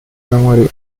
memory